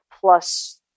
plus